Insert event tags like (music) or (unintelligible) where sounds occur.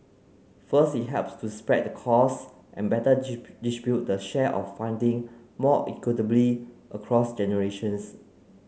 first it helps to spread the costs and better (unintelligible) distribute the share of funding more equitably across generations